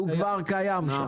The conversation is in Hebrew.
שהוא כבר קיים שם.